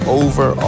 over